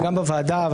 וגם בוועדה.